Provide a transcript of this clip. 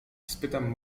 spytam